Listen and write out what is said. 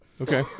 okay